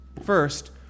First